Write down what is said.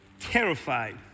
terrified